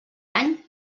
any